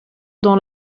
dans